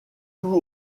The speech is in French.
tout